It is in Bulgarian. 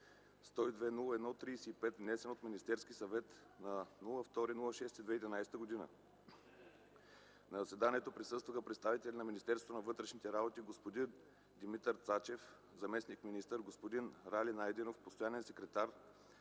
102-01-35, внесен от Министерския съвет на 2 юни 2011 г. На заседанието присъстваха представители на Министерството на външните работи: господин Димитър Цанчев – заместник министър, господин Ради Найденов – постоянен секретар,